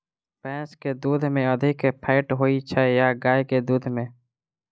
भैंस केँ दुध मे अधिक फैट होइ छैय या गाय केँ दुध में?